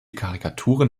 karikaturen